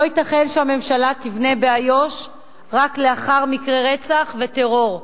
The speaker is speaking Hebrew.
לא ייתכן שהממשלה תבנה באיו"ש רק לאחר מקרי רצח וטרור.